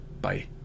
Bye